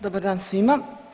Dobar dan svima.